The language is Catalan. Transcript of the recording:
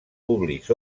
públics